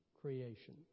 creation